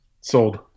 Sold